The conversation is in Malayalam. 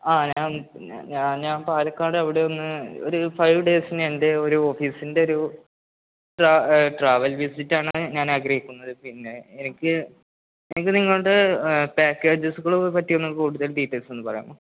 ആ ഞാൻ പാലക്കാട് അവിടെ ഒന്ന് ഒരു ഫൈവ് ഡേയ്സിന് എൻ്റെ ഒരു ഓഫീസിൻ്റെ ഒരു ട്രാവൽ വിസിറ്റാണ് ഞാൻ ആഗ്രഹിക്കുന്നത് പിന്നെ എനിക്ക് എനിക്ക് നിങ്ങളുടെ പാക്കേജസുകളെ പറ്റിയൊന്ന് കൂടുതൽ ഡീറ്റെയിൽസ് ഒന്ന് പറയാമോ